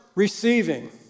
Receiving